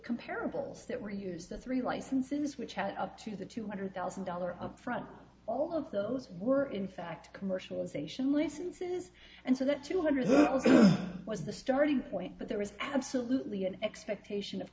comparables that were used on three licenses which add up to the two hundred thousand dollars up front all of those were in fact commercialization listen to this and so that two hundred was the starting point but there was absolutely an expectation of